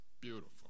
beautiful